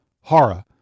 Hara